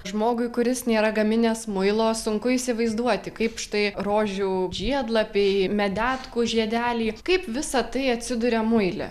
žmogui kuris nėra gaminęs muilo sunku įsivaizduoti kaip štai rožių žiedlapiai medetkų žiedeliai kaip visa tai atsiduria muile